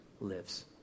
lives